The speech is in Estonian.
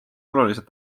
olulised